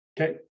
okay